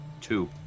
two